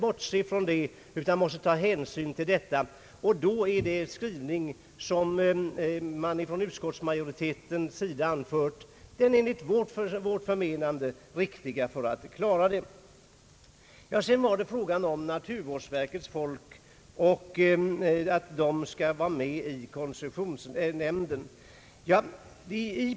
Det måste man ta hänsyn till, och utskottsmajoritetens skrivning är enligt vårt förmenande den riktiga för att klara dessa skillnader. Sedan var det fråga om att representanten för naturvårdsverket skall vara med i koncessionsnämnden.